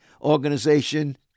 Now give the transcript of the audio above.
organization